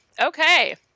Okay